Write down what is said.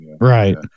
right